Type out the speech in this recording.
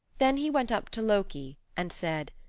then he went up to loki and said,